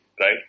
right